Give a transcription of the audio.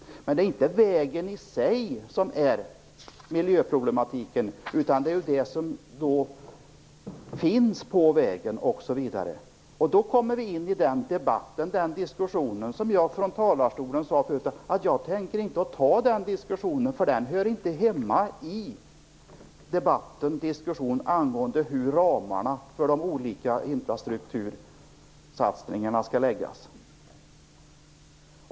Men det är inte vägen i sig som utgör miljöproblematiken utan det som finns på vägen osv., och då kommer vi in på den debatt och den diskussion som jag från talarstolen förut sade att jag inte tänker ta. Den hör inte hemma i debatten och diskussionen angående hur ramarna för de olika infrastruktursatsningarna skall läggas.